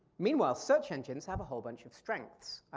meanwhile, search engines have a whole bunch of strengths.